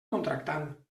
contractant